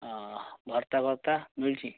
ହଁ ଭତ୍ତାଫତ୍ତା ମିଳୁଛି